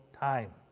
time